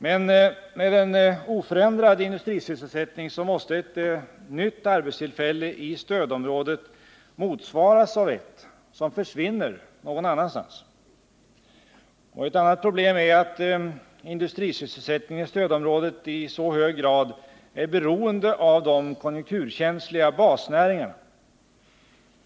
Men med en oförändrad industrisysselsättning måste ett nytt arbetstillfälle i sstödområdet motsvaras av ett som försvinner någon annanstans. Ett annat problem är att industrisysselsättningen i stödområdet i så hög grad är beroende av de konjunkturkänsliga basnäringarna.